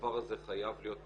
והדבר הזה חייב להיות מטופל.